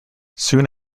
soon